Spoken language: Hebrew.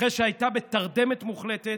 אחרי שהייתה בתרדמת מוחלטת